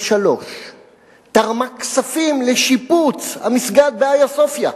תרמה כספים לשיפוץ המסגד באיה סופיה,